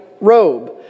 robe